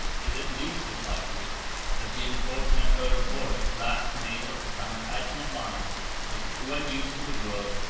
is at least as likely that the unfortunate earl of warwick last male of the plantagenet line was too unused to the world,